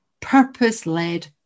purpose-led